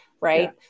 right